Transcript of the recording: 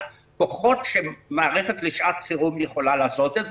כוחות שמערכת לשעת חירום יכולה לעשות.